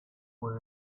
with